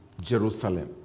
Jerusalem